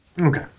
okay